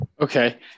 Okay